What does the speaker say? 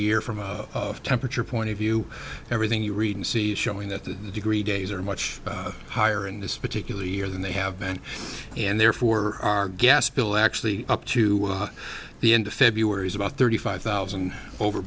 year from a temperature point of view everything you read see showing that the degree days are much higher in this particular year than they have been and therefore our gas bill actually up to the end of february is about thirty five thousand over